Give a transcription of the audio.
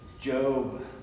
Job